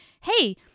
hey